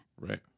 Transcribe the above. Right